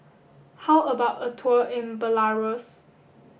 how about a tour in Belarus